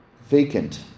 vacant